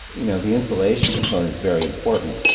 you know the insulation component is very important.